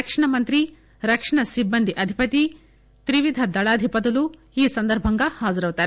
రక్షణ మంత్రి రక్షణ సిబ్బంది అధిపతి త్రివిధ దళాధిపతులు ఈ సందర్బంగా హాజరవుతారు